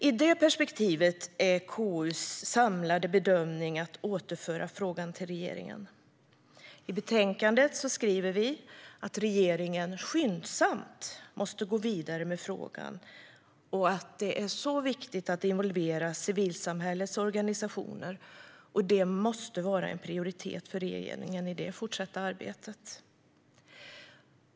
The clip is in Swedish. I detta perspektiv är KU:s samlade bedömning att återföra frågan till regeringen. I betänkandet skriver vi att regeringen skyndsamt måste gå vidare med frågan och att det är mycket viktigt att involvera civilsamhällets organisationer. Det måste vara en prioritet för regeringen i det fortsatta arbetet.